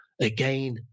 again